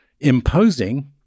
imposing